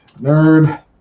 nerd